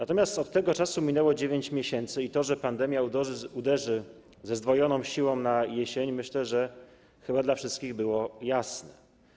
Ale od tego czasu minęło 9 miesięcy i to, że pandemia uderzy ze zdwojoną siłą jesienią, myślę, że chyba dla wszystkich było jasne.